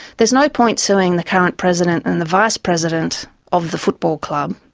there's no point suing the current president and the vice-president of the football club,